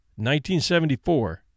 1974